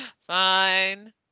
fine